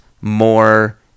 more